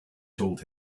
told